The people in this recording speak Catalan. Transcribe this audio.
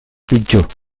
pitjor